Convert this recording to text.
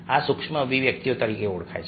આ સૂક્ષ્મ અભિવ્યક્તિઓ તરીકે ઓળખાય છે